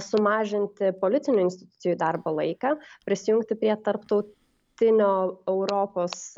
sumažinti politinių institucijų darbo laiką prisijungti prie tarptau tinio europos